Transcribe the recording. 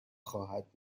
خواهد